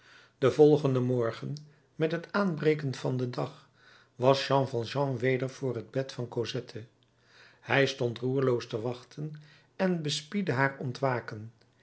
den volgenden morgen met het aanbreken van den dag was jean valjean weder voor het bed van cosette hij stond roerloos te wachten en bespiedde haar ontwaken